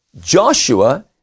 Joshua